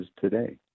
today